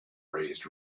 raised